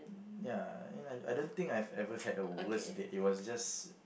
ya I don't think I ever had a worst date it was just